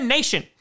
Nation